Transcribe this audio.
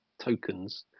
tokens